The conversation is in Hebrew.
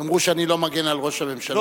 יאמרו שאני לא מגן על ראש הממשלה.